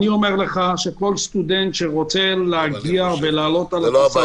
אני אומר לך שכל סטודנט שרוצה לעלות על טיסה